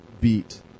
beat